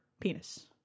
penis